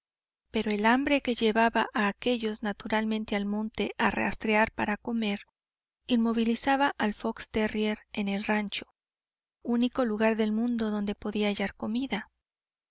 pero el hambre que llevaba a aquellos naturalmente al monte a rastrear para comer inmovilizaba al fox terrier en el rancho único lugar del mundo donde podía hallar comida